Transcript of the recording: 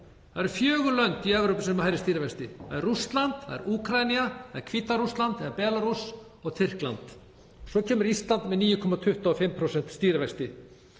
Það eru fjögur lönd í Evrópu sem eru með hærri stýrivexti. Það eru Rússland, Úkraína, Hvíta-Rússland eða Belarús og Tyrkland. Svo kemur Ísland með 9,25% stýrivexti.